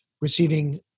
receiving